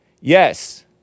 Yes